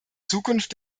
zukunft